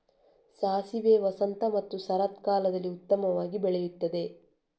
ಸಾಸಿವೆ ವಸಂತ ಮತ್ತು ಶರತ್ಕಾಲದಲ್ಲಿ ಉತ್ತಮವಾಗಿ ಬೆಳೆಯುತ್ತದೆ